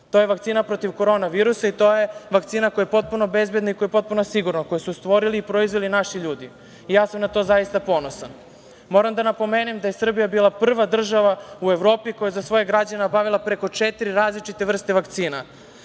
To je vakcina protiv korona virusa i to je vakcina koja je potpuno bezbedna i koja je potpuno sigurna i koju su stvorili i proizveli naši ljudi. Ja sam na to zaista ponosan. Moram da napomenem da je Srbija bila prva država u Evropi koja je za svoje građane obavila preko četiri vrste različitih vakcina.